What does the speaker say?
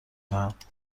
دهند